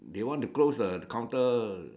they want to close the counter